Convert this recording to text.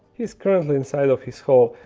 he's currently inside of his hole.